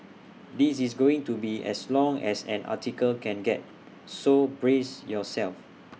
this is going to be as long as an article can get so brace yourself